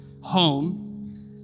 home